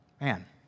Man